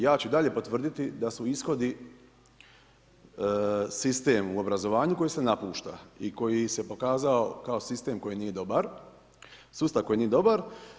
Ja ću i dalje potvrditi da su ishodi sistem u obrazovanju koji se napušta i koji se pokazao kao sistem koji nije dobar, sustav koji nije dobar.